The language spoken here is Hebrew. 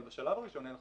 אבל בשלב הראשון אנחנו